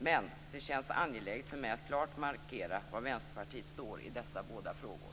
Men det känns angeläget för mig att klart markera var Vänsterpartiet står i dessa båda frågor.